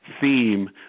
theme